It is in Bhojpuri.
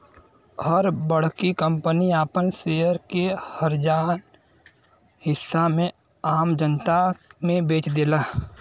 हर बड़की कंपनी आपन शेयर के हजारन हिस्सा में आम जनता मे बेच देला